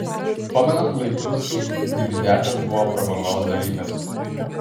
pamenat laikus kai dividiakas buvo prabangos dalykas